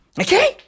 Okay